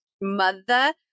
mother